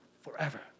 forever